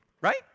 right